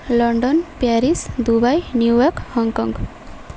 London Paris Dubai New York Hong Kong